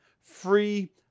free